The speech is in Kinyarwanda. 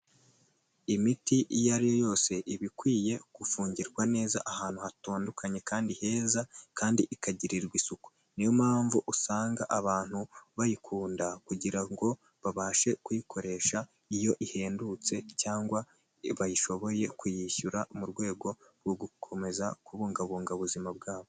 Imiti iyo ari yo yose iba ikwiye gufungirwa neza ahantu hatandukanye kandi heza kandi ikagirirwa isuku, niyompamvu usanga abantu bayikunda kugira ngo babashe kuyikoresha iyo ihendutse cyangwa bayishoboye kuyishyura mu rwego rwo gukomeza kubungabunga ubuzima bwabo.